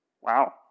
Wow